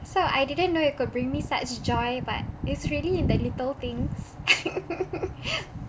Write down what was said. so I didn't know it could bring me such joy but it's really in the little things